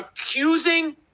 accusing